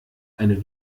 eine